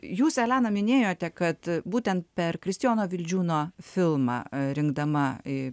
jūs elena minėjote kad būtent per kristijono vildžiūno filmą rinkdama į